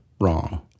wrong